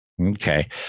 Okay